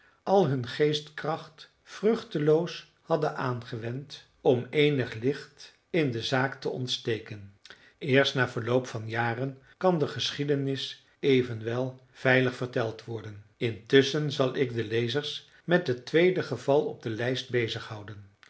al hun geestkracht vruchteloos hadden aangewend om eenig licht in de zaak te ontsteken eerst na verloop van jaren kan de geschiedenis evenwel veilig verteld worden intusschen zal ik den lezers met het tweede geval op de lijst